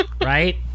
right